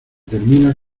termina